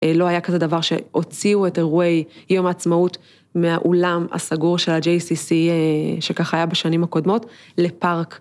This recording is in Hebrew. ‫לא היה כזה דבר שהוציאו את אירועי ‫יום העצמאות מהאולם הסגור של ה-JCC, ‫שכך היה בשנים הקודמות, לפארק.